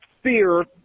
fear